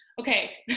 Okay